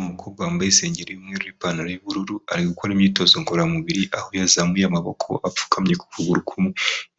Umukobwa wambaye isengeri y'umweruru n'ipantaro y'ubururu. Arii gukora imyitozo ngororamubiri, aho yazamuye amaboko apfukamye ku kuguru kumwe.